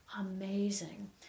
amazing